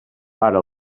ara